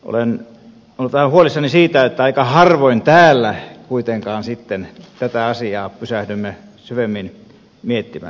olen ollut vähän huolissani siitä että aika harvoin täällä kuitenkaan sitten tätä asiaa pysähdymme syvemmin miettimään